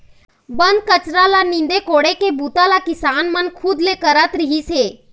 बन कचरा ल नींदे कोड़े के बूता ल किसान मन खुद ले करत रिहिस हे